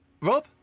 Rob